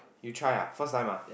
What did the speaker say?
you try ah first time ah